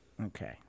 okay